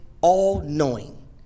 all-knowing